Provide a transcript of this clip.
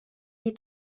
you